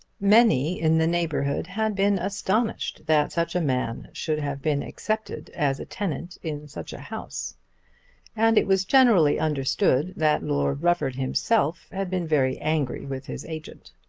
many in the neighbourhood had been astonished that such a man should have been accepted as a tenant in such a house and it was generally understood that lord rufford himself had been very angry with his agent.